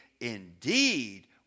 indeed